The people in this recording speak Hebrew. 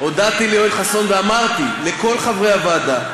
הודיתי ליואל חסון ואמרתי לכל חברי הוועדה,